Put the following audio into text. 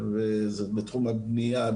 וזה בתחום הבנייה,